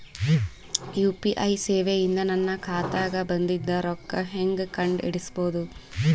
UPI ಸೇವೆ ಇಂದ ನನ್ನ ಖಾತಾಗ ಬಂದಿದ್ದ ರೊಕ್ಕ ಹೆಂಗ್ ಕಂಡ ಹಿಡಿಸಬಹುದು?